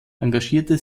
engagierte